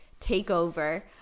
takeover